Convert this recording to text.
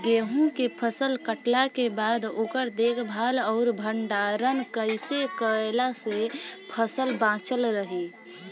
गेंहू के फसल कटला के बाद ओकर देखभाल आउर भंडारण कइसे कैला से फसल बाचल रही?